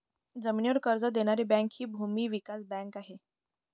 जमिनीवर कर्ज देणारी बँक हि भूमी विकास बँक आहे